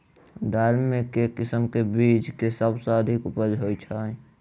दालि मे केँ किसिम केँ बीज केँ सबसँ अधिक उपज होए छै?